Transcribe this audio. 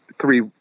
three